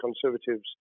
Conservatives